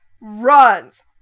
runs